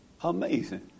amazing